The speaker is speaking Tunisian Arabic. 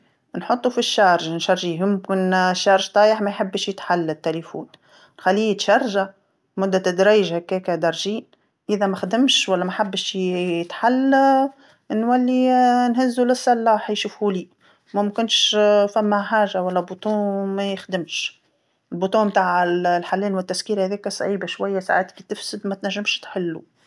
نحطو فالشحن نشارجيه، يمكن الشحن طايح ما يحبش يتحل التيليفون، خليه يتشارجا مدة دريج هكاكا درجين، إذا ما خدمش ولا ما حبش ي- يتحل نولي نهزو للصلاح يشوفولي ممكنش فما حاجه ولا زر ما يخدمش، الزر تاع ال- الحل والتسكير هذاكا صعيب شويه ساعات كي تفسد ما تنجمش تحلو.